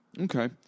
Okay